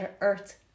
earth